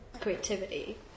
creativity